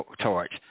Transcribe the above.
torch